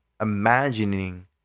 imagining